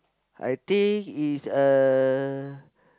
I think it's uh